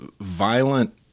violent